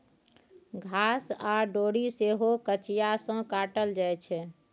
घास आ डोरी सेहो कचिया सँ काटल जाइ छै